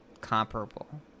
comparable